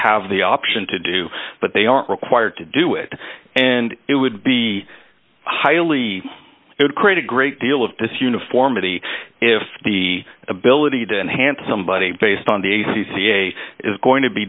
have the option to do but they aren't required to do it and it would be highly it would create a great deal of this uniformity if the ability to enhance somebody based on the a c c a is going to be